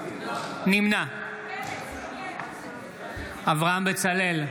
נמנע אברהם בצלאל,